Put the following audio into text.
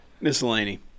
Miscellany